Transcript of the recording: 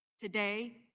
today